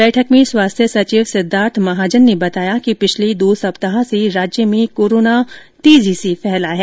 बैठक में स्वास्थ्य सचिव सिद्धार्थ महाजन ने बताया कि पिछले दो सप्ताह से राज्य में कोरोना तेजी से फैला है